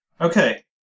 Okay